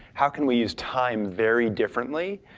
how can we use time very differently?